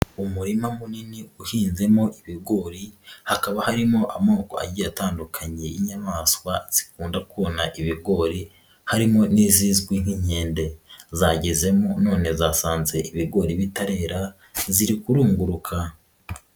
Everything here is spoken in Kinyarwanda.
Umurima munini uhinzemo ibigori hakaba harimo amoko agiye atandukanye y'inyamaswa zikunda kona ibigori harimo n'izizwi nk'inkende, zagezemo none zasanze ibigori bitarera ziri kurunguruka.